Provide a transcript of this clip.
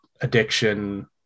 addiction